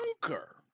conquer